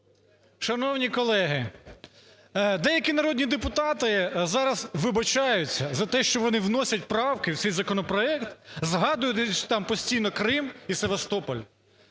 Шановні колеги! Деякі народні депутати зараз, вибачаюсь, за те, що вони вносять правки в цей законопроект, згадуючи постійно Крим і Севастополь.